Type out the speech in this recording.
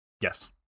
Yes